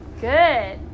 Good